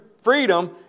freedom